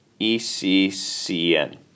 ECCN